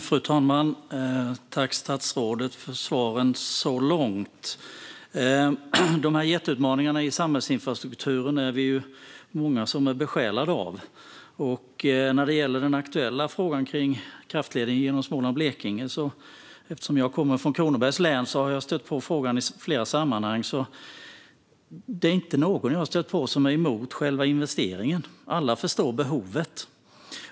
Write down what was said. Fru talman! Jag tackar statsrådet för svaren så långt. De här jätteutmaningarna i samhällsinfrastrukturen är vi många som är besjälade av. Den aktuella frågan om kraftledningen genom Småland och Blekinge har jag stött på i flera sammanhang, eftersom jag kommer från Kronobergs län. Jag har inte stött på någon som är emot själva investeringen. Alla förstår behovet.